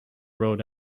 road